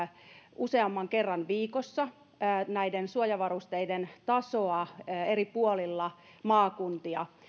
useamman kerran viikossa suojavarusteiden tasoa eri puolilla maakuntia